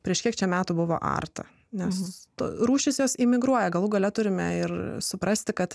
prieš kiek metų buvo arta nes to rūšys jos imigruoja galų gale turime ir suprasti kad